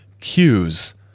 cues